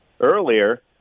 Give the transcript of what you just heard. earlier